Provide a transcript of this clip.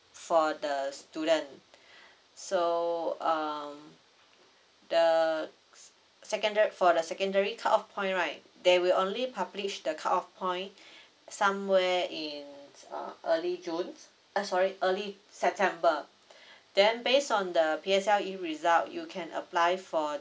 for the student so um the seconded for the secondary cut off point right there will only publish the cut off point somewhere in uh early june ah sorry early september then based on the P_S_L_E result you can apply for